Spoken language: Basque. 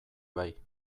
bai